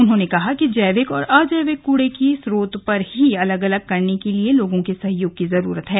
उन्होंने कहा कि जैविक और अजैविक कूड़े को स्रोत पर ही अलग अलग करने के लिए लोगों के सहयोग की जरूरत है